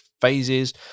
phases